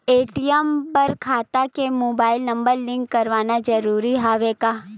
ATM बर खाता ले मुबाइल नम्बर लिंक करवाना ज़रूरी हवय का?